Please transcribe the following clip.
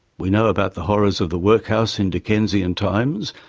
we know about the horrors of the workhouse in dickensian times,